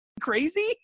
crazy